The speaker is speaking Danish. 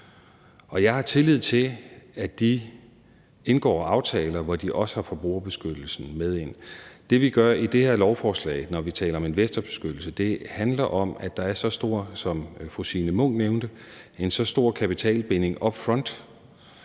Jeg har tillid til, at de indgår aftaler, hvor de også har forbrugerbeskyttelsen med. Det, vi gør i det her lovforslag, når vi taler om investorbeskyttelse, handler om, at der – som fru Signe Munk nævnte – er en så stor kapitalbinding up front,